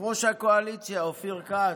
יושב-ראש הקואליציה אופיר כץ,